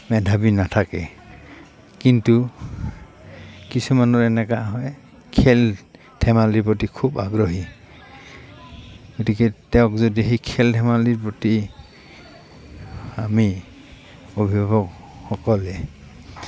মেধাৱী নাথাকে কিন্তু কিছুমানৰ এনেকা হয় খেল ধেমালিৰ প্ৰতি খুব আগ্ৰহী গতিকে তেওঁক যদি সেই খেল ধেমালিৰ প্ৰতি আমি অভিভাৱকসকলে